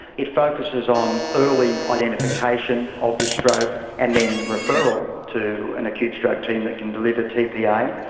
it focuses on early identification of the stroke and then referral to an acute stroke team that can deliver tpa.